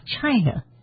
China